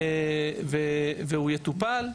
והוא יטופל.